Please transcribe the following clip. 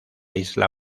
isla